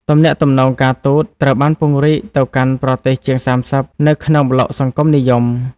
ទំនាក់ទំនងការទូតត្រូវបានពង្រីកទៅកាន់ប្រទេសជាង ៣០ នៅក្នុងប្លុកសង្គមនិយម។